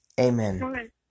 Amen